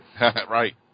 Right